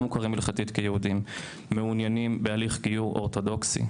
מוכרים הלכתית כיהודים מעוניינים בהליך גיור אורתודוקסי.